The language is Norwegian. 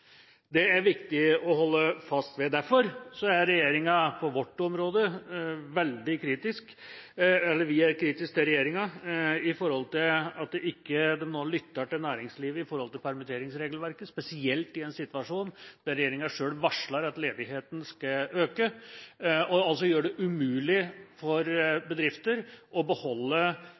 er det viktig å holde fast ved. Derfor er vi veldig kritiske til at regjeringa ikke nå lytter til næringslivet når det gjelder permitteringsregelverket, spesielt i en situasjon der regjeringa selv varsler at ledigheten skal øke. De gjør det altså umulig for bedrifter å beholde